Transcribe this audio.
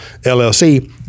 LLC